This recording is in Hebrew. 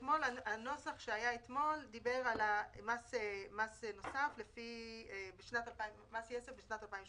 הנוסח שהיה אתמול דיבר על מס יסף בשנת 2018,